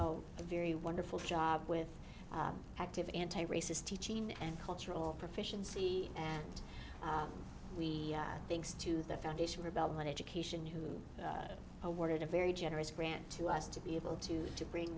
oh a very wonderful job with active anti racist teaching and cultural proficiency and we thanks to the foundation for belmont education who awarded a very generous grant to us to be able to to bring